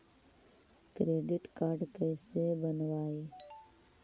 Credit card कैसे बनवाई?